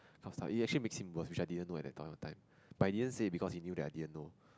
kind of stuff it only makes it worse which I didn't know at that point of time but he didn't say because he knew that I didn't know